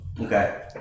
Okay